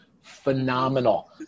phenomenal